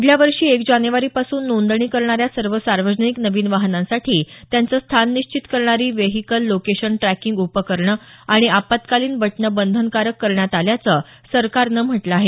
पुढल्या वर्षी एक जानेवारी पासून नोंदणी करणाऱ्या सर्व सार्वजनिक नवीन वाहनांसाठी त्यांचं स्थान निश्चित करणारी वेहिकल लोकेशन ट्रॅकिंग उपरकणं आणि आपत्कालीन बटणं बंधनकारक करण्यात आल्याचं सरकारनं म्हटलं आहे